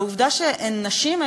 העובדה שהן נשים,